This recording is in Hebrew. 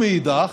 מאידך,